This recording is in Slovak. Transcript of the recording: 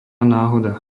náhoda